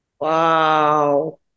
Wow